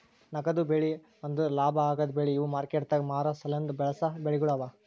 ನಗದು ಬೆಳಿ ಅಂದುರ್ ಲಾಭ ಆಗದ್ ಬೆಳಿ ಇವು ಮಾರ್ಕೆಟದಾಗ್ ಮಾರ ಸಲೆಂದ್ ಬೆಳಸಾ ಬೆಳಿಗೊಳ್ ಅವಾ